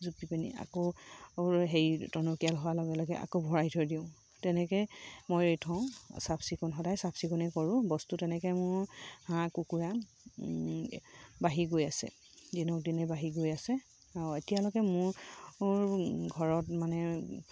জুপি পিনি আকৌ হেৰি টনকিয়াল হোৱাৰ লগে লগে আকৌ ভৰাই থৈ দিওঁ তেনেকৈ মই এই থওঁ চাফ চিকুণ সদায় চাফ চিকুণেই কৰোঁ বস্তু তেনেকৈ মোৰ হাঁহ কুকুৰা বাঢ়ি গৈ আছে দিনক দিনে বাঢ়ি গৈ আছে আৰু এতিয়ালৈকে মোৰ ঘৰত মানে